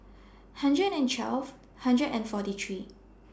hundred and twelve hundred and forty three